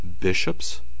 bishops